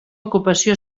ocupació